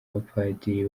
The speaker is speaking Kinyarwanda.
abapadiri